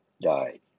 died